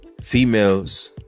Females